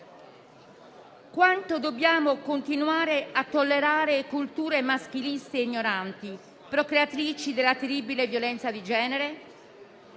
Quanto dobbiamo continuare a tollerare culture maschiliste e ignoranti, procreatrici della terribile violenza di genere?